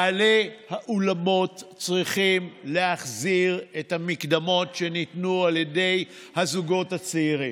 בעלי האולמות צריכים להחזיר את המקדמות שניתנו על ידי הזוגות הצעירים.